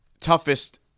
toughest